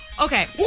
Okay